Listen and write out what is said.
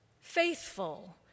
Faithful